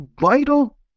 vital